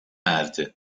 erdi